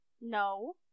No